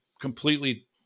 completely